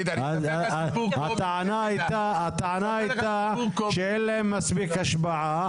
הטענה היתה שאין להם מספיק השפעה.